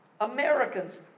Americans